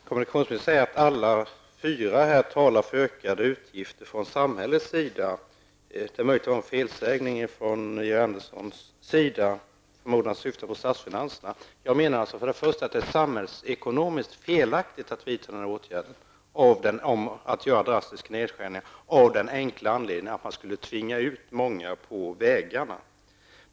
Herr talman! Kommunikationsministern säger att alla fyra talar för ökade utgifter från samhällets sida. Det är möjligt att det var felsägning -- jag förmodar att statsrådet syftar på statsfinanserna. Jag menar att det samhällsekonomiskt är felaktigt att vidta drastiska nedskärningar av den enkla anledningen att man skulle tvinga många ut på vägarna.